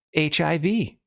HIV